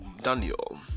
Daniel